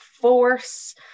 force